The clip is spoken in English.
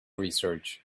research